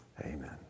Amen